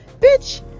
bitch